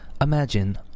Imagine